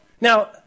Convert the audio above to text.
Now